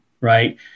Right